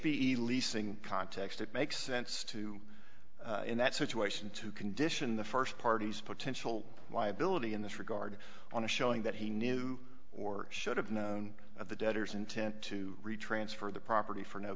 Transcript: even leasing context it makes sense to in that situation to condition the first party's potential liability in this regard on a showing that he knew or should have known of the deaders intent to retransfer the property for no